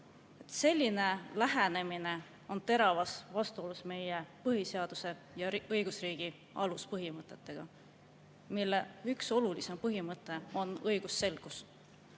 Selline lähenemine on teravas vastuolus meie põhiseaduse ja õigusriigi aluspõhimõtetega, mille seas üks kõige olulisem põhimõte on õigusselgus.